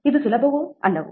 ಇದು ಸುಲಭವೋ ಅಲ್ಲವೋ